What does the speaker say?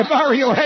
Mario